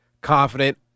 confident